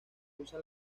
usan